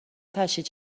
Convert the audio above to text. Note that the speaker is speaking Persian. تشییع